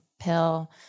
pill